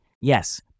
Yes